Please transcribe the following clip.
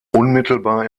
unmittelbar